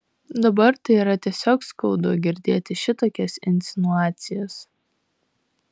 dabar tai yra tiesiog skaudu girdėt šitokias insinuacijas